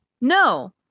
no